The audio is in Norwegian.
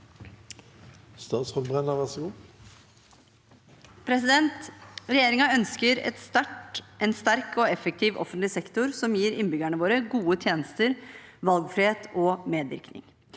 Regjeringen øns- ker en sterk og effektiv offentlig sektor, som gir innbyggerne våre gode tjenester, valgfrihet og medvirkning.